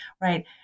right